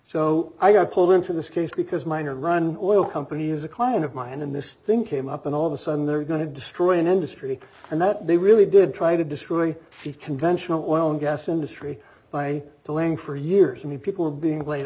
so i got pulled into this case because minor run company is a client of mine and this thing came up and all of a sudden they're going to destroy an industry and that they really did try to destroy fi conventional oil and gas industry by delaying for years and the people being laid